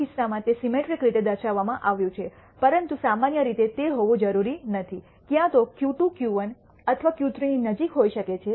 આ કિસ્સામાં તે સિમેટ્રિક તરીકે દર્શાવવામાં આવ્યું છે પરંતુ સામાન્ય રીતે તે હોવું જરૂરી નથી ક્યાં તો Q2 Q1 અથવા Q3 ની નજીક હોઈ શકે છે